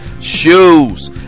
shoes